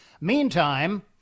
meantime